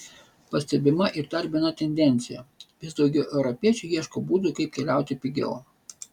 pastebima ir dar viena tendencija vis daugiau europiečių ieško būdų kaip keliauti pigiau